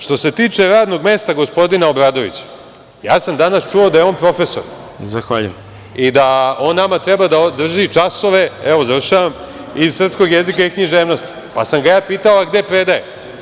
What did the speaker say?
Što se tiče radnog mesta gospodine Obradovića, ja sam danas čuo da je on profesor i da on nama treba da održi časove, završavam, iz srpskog jezika i književnosti, pa sam ga ja pitao gde predaje?